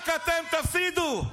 רק אתם תפסידו.